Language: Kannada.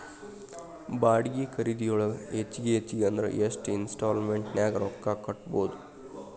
ಬಾಡ್ಗಿ ಖರಿದಿಯೊಳಗ ಹೆಚ್ಗಿ ಹೆಚ್ಗಿ ಅಂದ್ರ ಯೆಷ್ಟ್ ಇನ್ಸ್ಟಾಲ್ಮೆನ್ಟ್ ನ್ಯಾಗ್ ರೊಕ್ಕಾ ಕಟ್ಬೊದು?